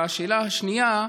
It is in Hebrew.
השאלה השנייה: